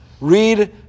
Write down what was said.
read